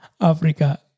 Africa